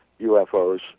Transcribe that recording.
UFOs